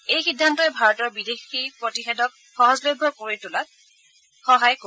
এই সিদ্ধান্তই ভাৰতত বিদেশী প্ৰতিষেধক সহজলভ্য কৰি তোলাত সহায় কৰিব